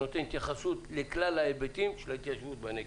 שנותן התייחסות לכלל ההיבטים של ההתיישבות בנגב.